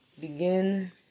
begin